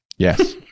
Yes